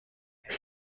حیرت